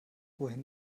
wohin